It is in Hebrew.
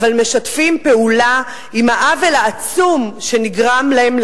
אבל משתפים פעולה עם העוול העצום שנגרם להן,